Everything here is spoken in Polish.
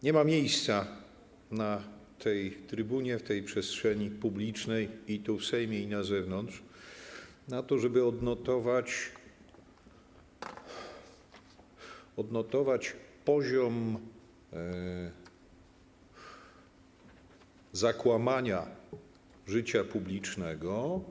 Nie ma miejsca na tej trybunie, w tej przestrzeni publicznej, tu w Sejmie i na zewnątrz na to, żeby odnotować poziom zakłamania życia publicznego.